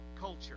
Culture